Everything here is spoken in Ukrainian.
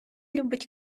любить